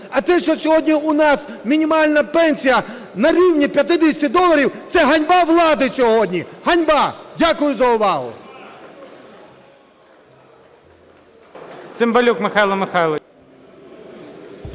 А те що сьогодні у нас мінімальна пенсія на рівні 50 доларів – це ганьба влади сьогодні. Ганьба! Дякую за увагу.